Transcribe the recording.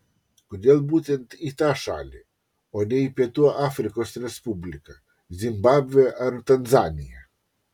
kodėl būtent į tą šalį o ne į pietų afrikos respubliką zimbabvę ar tanzaniją